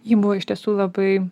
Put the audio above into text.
ji buvo iš tiesų labai